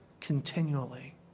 continually